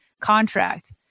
contract